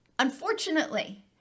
Unfortunately